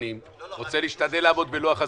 לא שומעים.